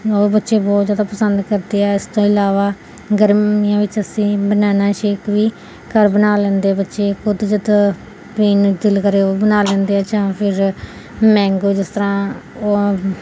ਉਹ ਬੱਚੇ ਬਹੁਤ ਜ਼ਿਆਦਾ ਪਸੰਦ ਕਰਦੇ ਆ ਇਸ ਤੋਂ ਇਲਾਵਾ ਗਰਮੀਆਂ ਵਿੱਚ ਅਸੀਂ ਬਨਾਨਾ ਸ਼ੇਕ ਵੀ ਘਰ ਬਣਾ ਲੈਂਦੇ ਬੱਚੇ ਖੁਦ ਜਦ ਪੀਣ ਨੂੰ ਦਿਲ ਕਰੇ ਉਹ ਬਣਾ ਲੈਂਦੇ ਆ ਜਾਂ ਫਿਰ ਮੈਂਗੋ ਜਿਸ ਤਰ੍ਹਾਂ ਉਹ